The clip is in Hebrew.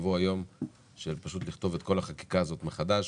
לבוא היום בו נכתוב את כל החקיקה הזאת מחדש